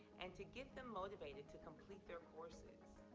and to get them motivated to complete their courses.